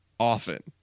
often